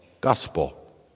gospel